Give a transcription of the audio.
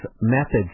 Methods